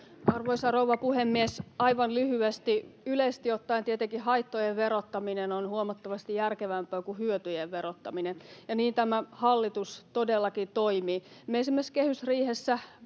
Arvoisa rouva puhemies! Aivan lyhyesti: Yleisesti ottaen tietenkin haittojen verottaminen on huomattavasti järkevämpää kuin hyötyjen verottaminen, ja niin tämä hallitus todellakin toimii. Me esimerkiksi kehysriihessä